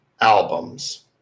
albums